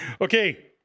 Okay